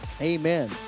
amen